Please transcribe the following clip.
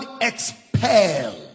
expel